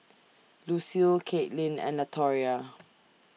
Lucile Caitlyn and Latoria